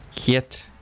hit